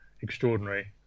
extraordinary